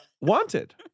wanted